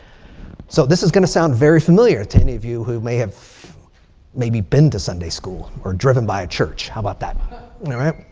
so this is going to sound very familiar to any of you who may have maybe been to sunday school. or driven by a church. how about that? all right?